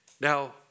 Now